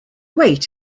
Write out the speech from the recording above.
weight